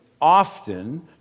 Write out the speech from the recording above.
often